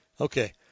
Okay